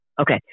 Okay